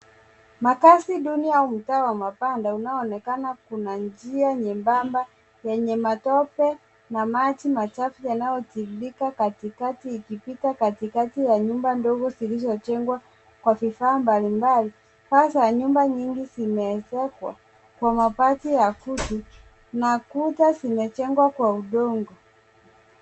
Makazi duni au mtaa wa mabanda unaoonekana. Kuna njia nyembamba yenye matope na maji machafu yanayotiririka katikati ikipita katikati ya nyumba ndogo zilizojengwa kwa vifaa mbalimbali. Paa ya nyumba nyingi zimeezekwa kwa mabati ya kutu na kuta zimejengwa kwa udongo.